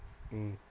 mm